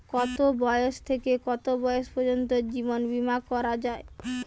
কতো বয়স থেকে কত বয়স পর্যন্ত জীবন বিমা করা যায়?